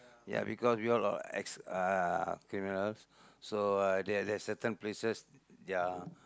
ya because we all are ex uh criminals so there there are certain places they are